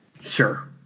Sure